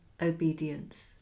obedience